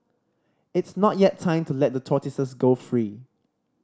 it's not yet time to let the tortoises go free